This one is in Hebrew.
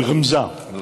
ברמזה,